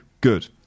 Good